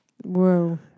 Whoa